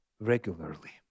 regularly